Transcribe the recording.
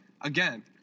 again